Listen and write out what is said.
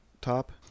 top